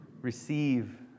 receive